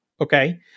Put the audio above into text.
Okay